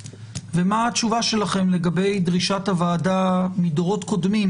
ומה התשובה שלכם לגבי דרישת הוועדה מדורות קודמים